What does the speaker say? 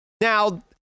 Now